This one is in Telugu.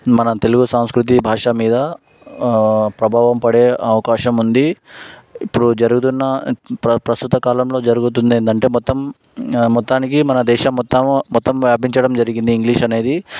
మన తెలుగు సాంస్కృతి భాష మీద ప్రభావం పడే అవకాశం ఉంది ఇప్పుడు జరుగుతున్న ప్రస్తుత కాలంలో జరుగుతుంది ఏంటంటే మొత్తం మొత్తానికి మన దేశం మొత్తం మొత్తం వ్యాపించడం జరిగింది ఇంగ్లీష్ అనేది